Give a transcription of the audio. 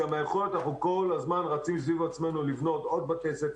אנחנו כל הזמן רצים סביב עצמנו לבנות עוד בתי ספר,